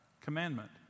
commandment